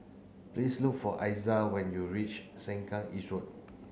please look for Iza when you reach Sengkang East Road